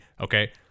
Okay